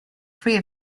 free